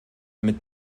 mit